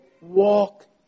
Walk